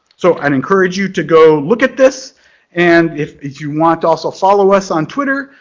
so i'd encourage you to go look at this and if if you want to also follow us on twitter,